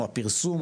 הוא הפרסום,